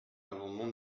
l’amendement